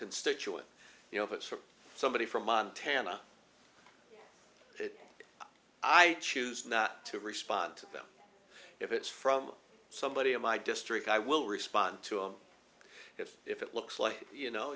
constituent you know if it's from somebody from montana i choose not to respond to them if it's from somebody in my district i will respond to if if it looks like you kno